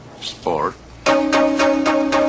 Sport